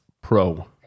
Pro